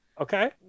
Okay